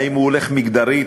האם הוא הולך מגדרית,